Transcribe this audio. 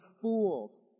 fools